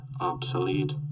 Obsolete